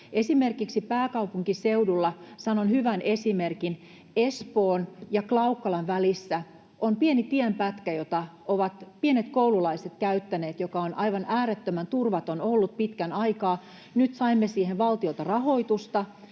pääkaupunkiseudulla — sanon hyvän esimerkin — Espoon ja Klaukkalan välissä on pieni tienpätkä, jota ovat pienet koululaiset käyttäneet ja joka on aivan äärettömän turvaton ollut pitkän aikaa. Nyt saimme siihen valtiolta rahoitusta,